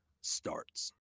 starts